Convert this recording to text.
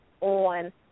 on